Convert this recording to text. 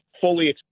fully